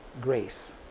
grace